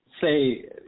say